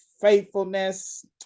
faithfulness